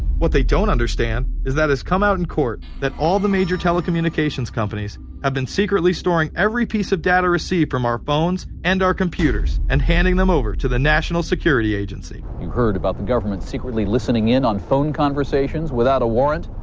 what they don't understand is that it's come out in court that all the major telecommunications companies have been secretly storing every piece of data received from our phones and our computers and handing them over to the national security agency. you've heard about the government secretly listening in on phone conversations without a warrant?